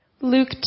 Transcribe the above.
Luke